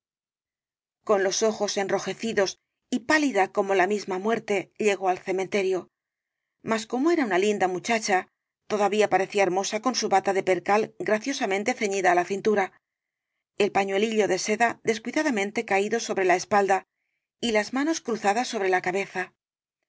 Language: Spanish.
con los ojos enrojecidos y pálida como la misma muerte llegó al cementerio mas como era una linda muchacha todavía parecía hermosa con su bata de percal graciosamente ceñida á la cintura el pañuelio de seda descuidadamente caído sobre la espalda y las manos cruzadas sobre la cabeza